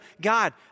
God